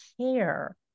care